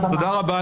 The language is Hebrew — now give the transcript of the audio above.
תודה רבה על הבמה.